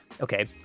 okay